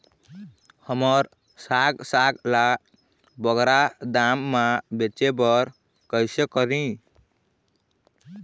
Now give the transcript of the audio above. हमर साग साग ला बगरा दाम मा बेचे बर कइसे करी?